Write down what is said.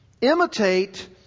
Imitate